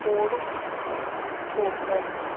ford focus